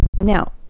Now